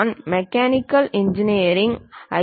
நான் mechanical engineering ஐ